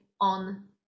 on